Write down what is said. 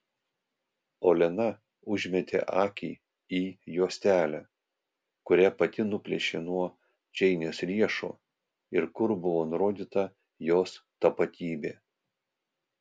olena užmetė akį į juostelę kurią pati nuplėšė nuo džeinės riešo ir kur buvo nurodyta jos tapatybė